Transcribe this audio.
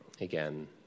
Again